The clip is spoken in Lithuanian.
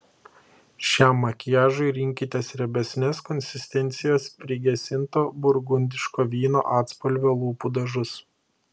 šiam makiažui rinkitės riebesnės konsistencijos prigesinto burgundiško vyno atspalvio lūpų dažus